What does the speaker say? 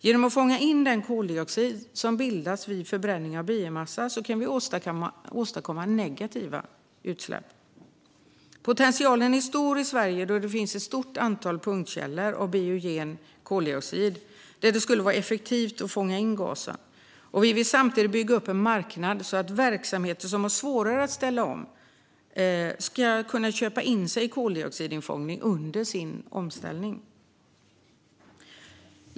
Genom att fånga in den koldioxid som bildas vid förbränning av biomassa kan vi åstadkomma negativa utsläpp. Potentialen är stor i Sverige, då det finns ett stort antal punktkällor av biogen koldioxid där det skulle vara effektivt att fånga in gasen. Vi vill samtidigt bygga upp en marknad så att verksamheter som har svårare att ställa om ska kunna köpa in sig i koldioxidinfångning under sin omställning.